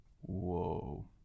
Whoa